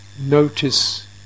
notice